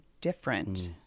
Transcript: different